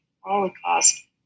Holocaust